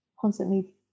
constantly